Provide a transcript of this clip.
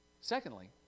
secondly